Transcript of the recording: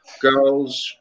girls